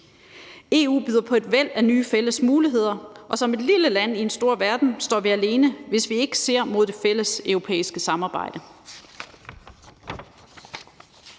EU byder på et væld af nye fælles muligheder, og som et lille land i en stor verden står vi alene, hvis vi ikke ser mod det fælles europæiske samarbejde.